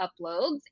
uploads